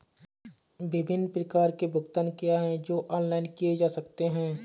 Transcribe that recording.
विभिन्न प्रकार के भुगतान क्या हैं जो ऑनलाइन किए जा सकते हैं?